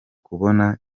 kubona